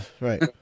Right